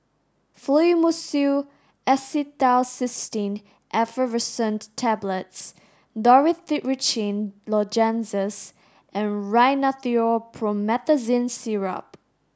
Fluimucil Acetylcysteine Effervescent Tablets Dorithricin Lozenges and Rhinathiol Promethazine Syrup